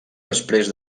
després